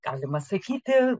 galima sakyti